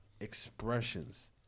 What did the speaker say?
Expressions